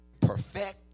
perfect